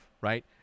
right